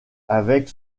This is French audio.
avec